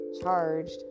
charged